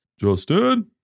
Justin